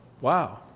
Wow